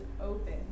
open